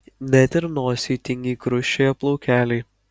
net ir nosyj tingiai krusčioja plaukeliai